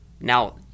now